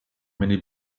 many